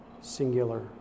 Singular